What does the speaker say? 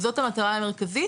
זאת המטרה המרכזית